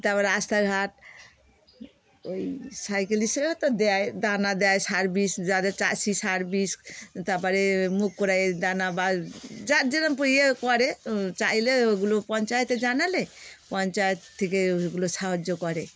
তার পরে রাস্তাঘাট ওই সাইকেল সে সব তো দেয় দানা দেয় সার্ভিস যাদের চাষি সার্ভিস তার পরে দানা বা যার যেরকম ইয়ে করে চাইলে ওগুলো পঞ্চায়েতে জানালে পঞ্চায়েত থেকে ওগুলো সাহায্য করে